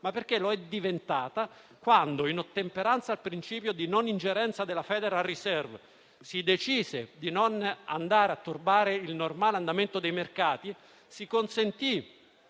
ma perché lo è diventata quando, in ottemperanza al principio di non ingerenza della Federal Reserve, si decise di non andare a turbare il normale andamento dei mercati, si consentì